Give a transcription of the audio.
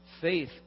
faith